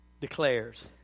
declares